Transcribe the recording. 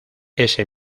ese